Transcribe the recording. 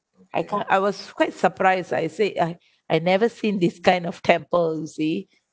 I can't I was quite surprised I said I I never seen this kind of temples you see